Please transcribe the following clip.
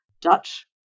Dutch